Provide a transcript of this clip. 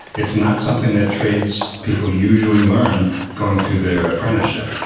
it's not something that tradespeople usually learn going through their apprenticeship.